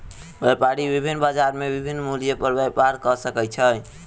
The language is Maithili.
व्यापारी विभिन्न बजार में विभिन्न मूल्य पर व्यापार कय सकै छै